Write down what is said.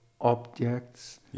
objects